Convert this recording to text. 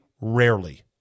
rarely